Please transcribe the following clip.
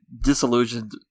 disillusioned